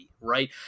right